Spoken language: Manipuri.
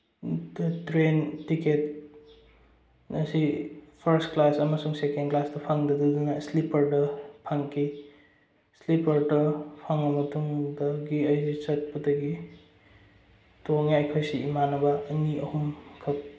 ꯇ꯭ꯔꯦꯟ ꯇꯤꯛꯀꯦꯠ ꯑꯁꯤ ꯐꯥꯔꯁ ꯀꯂꯥꯁ ꯑꯃꯁꯨꯡ ꯁꯦꯀꯦꯟ ꯀꯂꯥꯁꯇ ꯐꯪꯗꯗꯅ ꯏꯁꯂꯤꯄ꯭ꯔꯗ ꯐꯪꯈꯤ ꯏꯁꯂꯤꯄ꯭ꯔꯗ ꯐꯪꯉꯕ ꯃꯇꯨꯡꯗꯒꯤ ꯑꯩꯁꯦ ꯆꯠꯄꯗꯒꯤ ꯇꯣꯡꯉꯦ ꯑꯩꯈꯣꯏꯁꯤ ꯏꯃꯥꯟꯅꯕ ꯑꯅꯤ ꯑꯍꯨꯝ ꯈꯛ